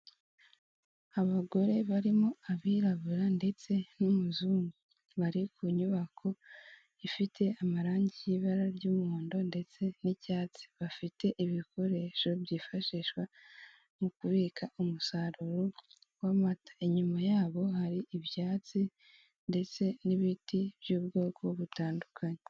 Abagore barimo abirabura ndetse n'umuzungu bari ku nyubako ifite amarangi y'ibara ry'umuhondo ndetse n'icyatsi bafite ibikoresho byifashishwa mu kubika umusaruro w'amata, inyuma y'abo hari ibyatsi ndetse n'ibiti by'ubwoko butandukanye.